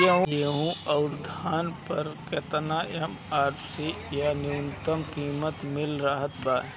गेहूं अउर धान पर केतना एम.एफ.सी या न्यूनतम कीमत मिल रहल बा?